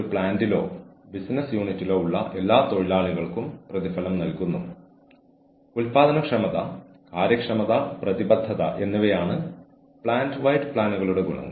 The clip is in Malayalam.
പെരുമാറ്റം കൊണ്ട് ഞാൻ അർത്ഥമാക്കുന്നത് പ്രൊഫഷണൽ പെരുമാറ്റം കഴിയുന്നിടത്തോളം ജോലിയുമായി ബന്ധപ്പെട്ട പെരുമാറ്റം ആണ്